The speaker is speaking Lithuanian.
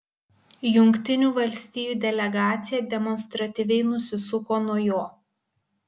jungtinių valstijų delegacija demonstratyviai nusisuko nuo jo